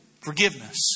Forgiveness